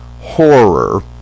horror